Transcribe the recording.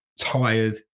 tired